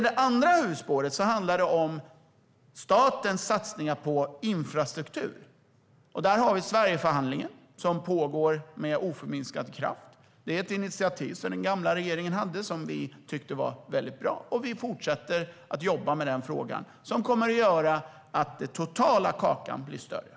Det andra huvudspåret handlar om statens satsningar på infrastruktur. Där har vi Sverigeförhandlingen, som pågår med oförminskad kraft. Det är ett initiativ som den gamla regeringen hade och som vi tyckte var väldigt bra. Vi fortsätter att jobba med den frågan, och det kommer att göra att den totala kakan blir större.